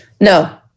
No